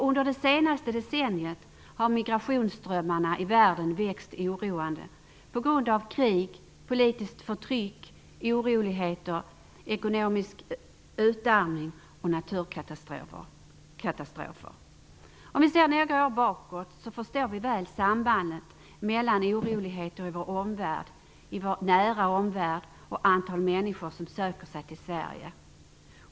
Under det senaste decenniet har migrationsströmmarna i världen växt oroande på grund av krig, politiskt förtryck, oroligheter, ekonomisk utarmning och naturkatastrofer. Ser vi några år bakåt i tiden förstår vi väl sambandet mellan oroligheter i vår omvärld och det antal människor som söker sig till Sverige.